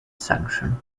sanction